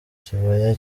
kibaya